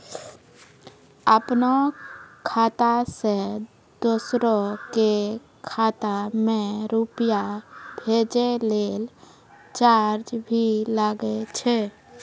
आपनों खाता सें दोसरो के खाता मे रुपैया भेजै लेल चार्ज भी लागै छै?